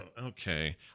Okay